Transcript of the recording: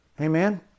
Amen